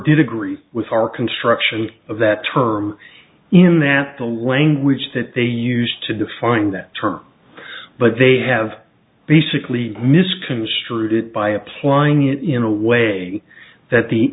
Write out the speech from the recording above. did agree with our construction of that term in that the language that they used to define that term but they have basically misconstrued it by applying it in a way that the